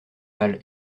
mal